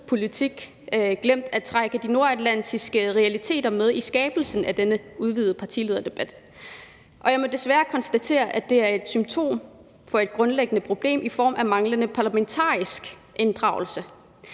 politik, at trække de nordatlantiske realiteter med i skabelsen af denne udvidede partilederdebat. Og jeg må desværre konstatere, at det er et symptom på et grundlæggende problem i form af manglende parlamentarisk inddragelse.